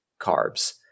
carbs